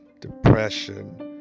depression